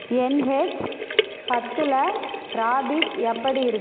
NH பத்தில் traffic எப்படி இருக்கு